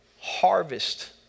harvest